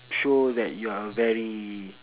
show that you're a very